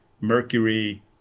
mercury